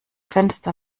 fenster